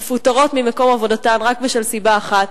מפוטרות ממקום עבודתן רק מסיבה אחת,